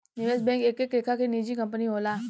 निवेश बैंक एक एक लेखा के निजी कंपनी होला